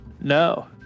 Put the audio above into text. No